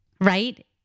right